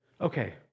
okay